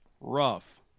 Rough